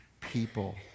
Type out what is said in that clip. people